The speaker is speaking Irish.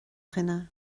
dhuine